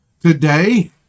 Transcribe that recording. Today